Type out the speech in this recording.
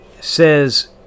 says